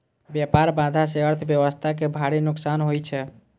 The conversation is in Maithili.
व्यापार बाधा सं अर्थव्यवस्था कें भारी नुकसान होइ छै